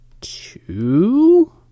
two